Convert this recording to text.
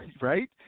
right